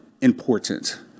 Important